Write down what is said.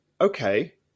okay